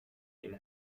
این